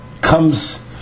comes